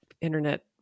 internet